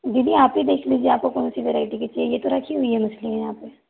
दीदी आप ही देख लीजिए आपको कौन सी वैरायटी की चाहिए ये तो रखी हुई हैं मछलियाँ यहाँ पे